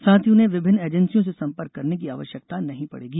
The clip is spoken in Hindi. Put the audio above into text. साथ ही उन्हें विभिन्न एजेंसियों से संपर्क करने की आवश्यकता नहीं पड़ेगी